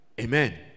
Amen